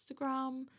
Instagram